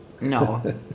No